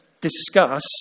discuss